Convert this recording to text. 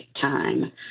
time